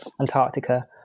Antarctica